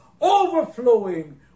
overflowing